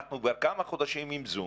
אנחנו כבר כמה חודשים עם זום,